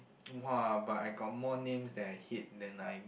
!wah! but I got more names that I hate than I